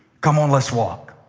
come on, let's walk.